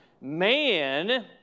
man